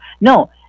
No